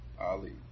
Ali